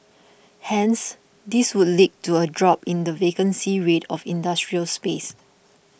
hence this would lead to a drop in the vacancy rate of industrial space